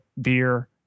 beer